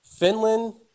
Finland